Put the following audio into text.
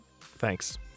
Thanks